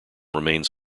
remains